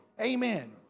Amen